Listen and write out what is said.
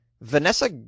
Vanessa